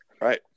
Right